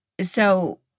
so-